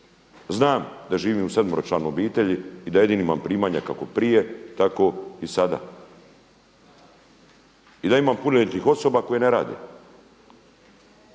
Znam da živim u sedmeročlanoj obitelji i da jedini imam primanja kako prije, tako i sada i da imam punoljetnih osoba koje ne rade.